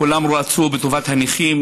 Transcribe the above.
כולם רצו בטובת הנכים.